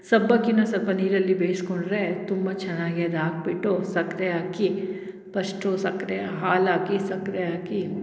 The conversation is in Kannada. ಸಬ್ಬಕ್ಕಿಯೂ ಸ್ವಲ್ಪ ನೀರಲ್ಲಿ ಬೇಯಿಸ್ಕೊಂಡ್ರೆ ತುಂಬ ಚೆನ್ನಾಗಿ ಅದು ಆಗಿಬಿಟ್ಟು ಸಕ್ಕರೆ ಹಾಕಿ ಪಶ್ಟು ಸಕ್ಕರೆ ಹಾಲು ಹಾಕಿ ಸಕ್ಕರೆ ಹಾಕಿ